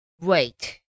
wait